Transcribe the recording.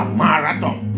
marathon